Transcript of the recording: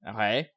Okay